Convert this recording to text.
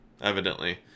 Evidently